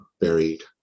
buried